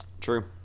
true